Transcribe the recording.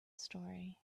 story